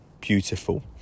beautiful